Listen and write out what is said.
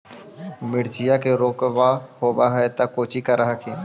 मिर्चया मे रोग्बा होब है तो कौची कर हखिन?